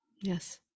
Yes